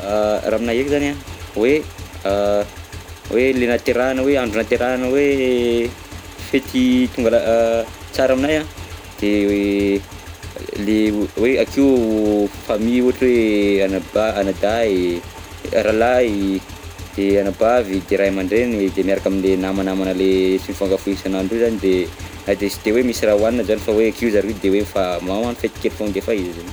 Raha aminahy ndreky zany an, hoe an hoe le nahaterahana hoe, andro nahaterahana hoe fety tonga lafa- tsara aminahy an, de le le hoe akiho famille ohatra hoe anaba- anadahy, rahalahy de anabavy de ray aman-dreny de miaraka amle namanamana le tsy mifankafoy isan'andro io zany de, na de tsy de hoe misy raha hohanina zany fa hoe akiho zareo de mifa, magnano fety kely foagna de efa izy e.